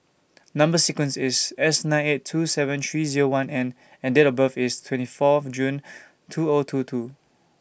Number sequence IS S nine eight two seven three Zero one N and Date of birth IS twenty Fourth June two O two two